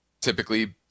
typically